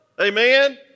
Amen